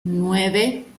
nueve